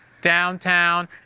downtown